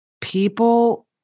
people